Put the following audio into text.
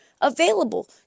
available